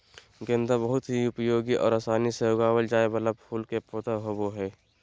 गेंदा बहुत ही उपयोगी और आसानी से उगावल जाय वाला फूल के पौधा होबो हइ